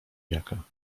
jaka